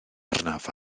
arnaf